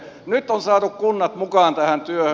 nyt on saatu kunnat mukaan tähän työhön